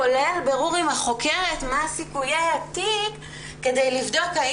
כולל בירור עם החוקרת מה סיכויי התיק כדי לבדוק אם